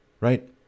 right